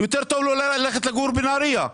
יותר טוב לו ללכת לגור בנהריה,